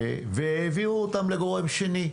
והעביר אותם לגורם שלישי,